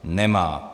Nemá.